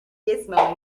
gizmo